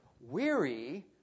weary